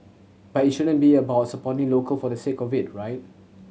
but it shouldn't be about supporting local for the sake of it right